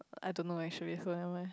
I don't know actually who am I